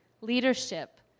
leadership